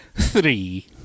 three